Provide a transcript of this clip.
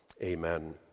Amen